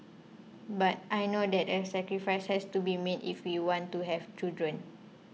but I know that a sacrifice has to be made if we want to have children